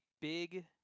big